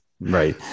Right